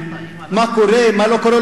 מה קורה ומה לא קורה.